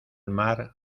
mar